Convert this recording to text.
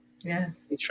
Yes